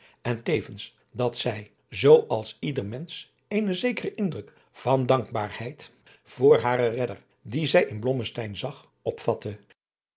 en tevens dat zij zoo als ieder mensch eenen zekeren indruk van dankbaarheid voor haren redder dien zij in blommesteyn zag